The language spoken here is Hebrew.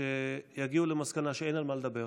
שיגיעו למסקנה שאין על מה לדבר,